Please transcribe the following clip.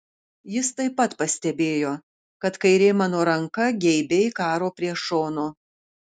jis taip pat pastebėjo kad kairė mano ranka geibiai karo prie šono